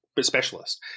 specialist